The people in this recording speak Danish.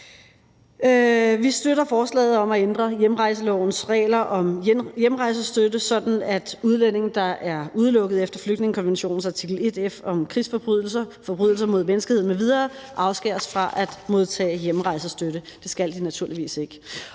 Vi støtter forslaget om at ændre hjemrejselovens regler om hjemrejsestøtte, sådan at udlændinge, der er udelukket efter flygtningekonventionens artikel 1 F om krigsforbrydelser, forbrydelser mod menneskeheden m.v., afskæres fra at modtage hjemrejsestøtte. Det skal de naturligvis ikke.